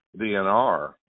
DNR